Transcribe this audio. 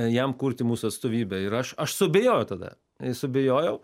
jam kurti mūsų atstovybę ir aš aš suabejojau tada suabejojau